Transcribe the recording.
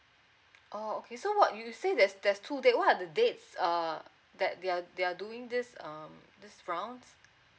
oh okay so what you say there's there's two day what are the dates um that they're they're doing this um this round